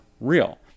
real